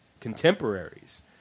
contemporaries